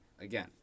again